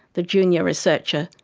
the junior researcher,